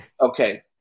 Okay